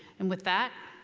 and with that,